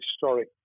historic